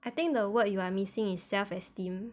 I think the word you are missing is self esteem